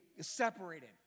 separated